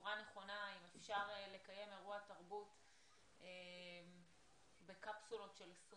שבצורה נכונה אם אפשר לקיים אירוע תרבות בקפסולות של 20